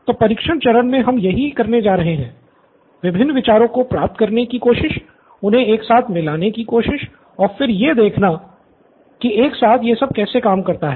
तो परीक्षण के चरण मे हम यही करने जा रहे हैं विभिन्न विचारों को प्राप्त करने की कोशिश उन्हें एक साथ मिलाने की कोशिश और फिर यह देखना कि एक साथ यह सब कैसे काम करता है